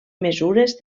mesures